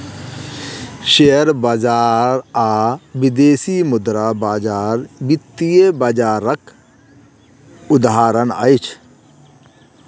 share बजार आ विदेशी मुद्रा बजार वित्तीय बजारक उदाहरण अछि